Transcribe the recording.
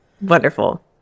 wonderful